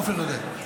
עופר יודע.